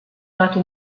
dato